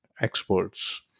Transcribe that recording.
experts